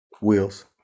Wheels